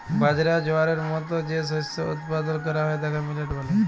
বাজরা, জয়ারের মত যে শস্য উৎপাদল ক্যরা হ্যয় তাকে মিলেট ব্যলে